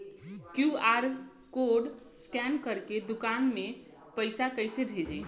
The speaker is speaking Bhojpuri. क्यू.आर कोड स्कैन करके दुकान में पैसा कइसे भेजी?